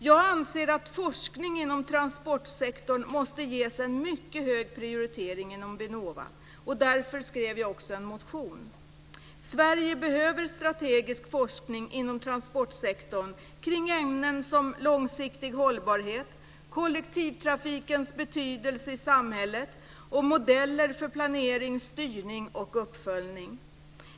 Jag anser att forskning inom transportsektorn måste ges en mycket hög prioritet inom Vinnova. Därför väckte jag också en motion. Sverige behöver strategisk forskning inom transportsektorn kring ämnen som långsiktig hållbarhet, kollektivtrafikens betydelse i samhället och modeller för planering, styrning och uppföljning.